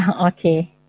Okay